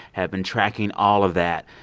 have been tracking all of that.